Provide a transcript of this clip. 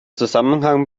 zusammenhang